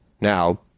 Now